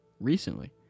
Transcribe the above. recently